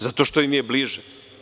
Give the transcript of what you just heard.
Zato što im je bliže.